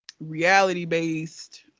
reality-based